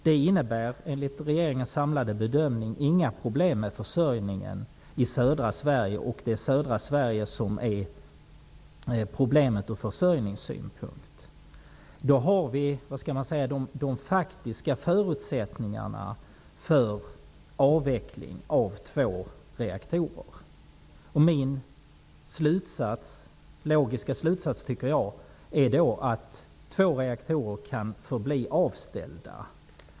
Det innebär, enligt regeringens samlade bedömning, inga problem med försörjningen i södra Sverige, och det är i södra Sverige som problemen finns från försörjningssynpunkt. Vi har här de faktiska förutsättningarna för en avveckling av två reaktorer. Min logiska slutsats blir då att två reaktorer kan förbli avställda.